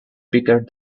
bigger